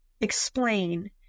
explain